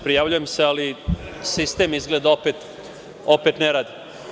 Prijavljujem se, ali sistem izgleda opet ne radi.